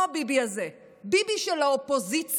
לא ביבי הזה, ביבי של האופוזיציה.